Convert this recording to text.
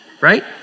right